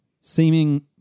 seeming